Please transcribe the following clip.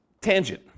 tangent